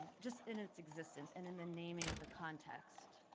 just in its existence and in the naming of the context.